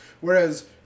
Whereas